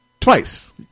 twice